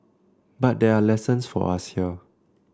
but there are lessons for us here